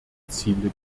ziele